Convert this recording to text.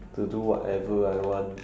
to do whatever I want